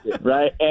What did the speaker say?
right